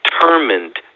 determined